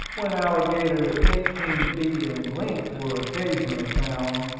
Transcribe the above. when alligators eighteen feet in length were occasionally found,